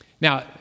Now